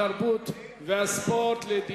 התרבות והספורט נתקבלה.